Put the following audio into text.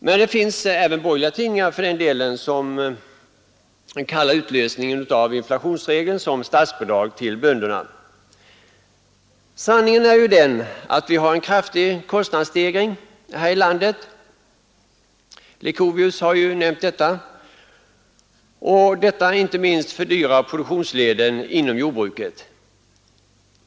Men det finns för den delen även borgerliga tidningar som kallar utlösningen av inflationsregeln för statsbidrag till bönderna. Sanningen är emellertid att vi har en kraftig kostnadsstegring här i landet — herr Leuchovius har nämnt detta — och den fördyrar inte minst produktionsleden inom jordbruket.